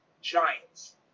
giants